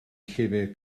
llyfr